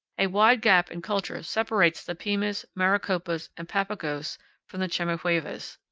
a wide gap in culture separates the pimas, maricopas, and papagos from the chemehuevas.